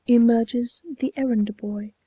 emerges the errand-boy,